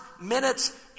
minutes